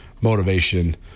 motivation